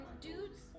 dudes